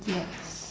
yes